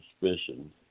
suspicion